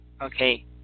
Okay